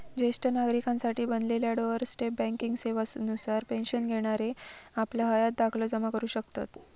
ज्येष्ठ नागरिकांसाठी बनलेल्या डोअर स्टेप बँकिंग सेवा नुसार पेन्शन घेणारे आपलं हयात दाखलो जमा करू शकतत